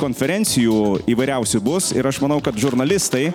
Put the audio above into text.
konferencijų įvairiausių bus ir aš manau kad žurnalistai